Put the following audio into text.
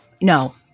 No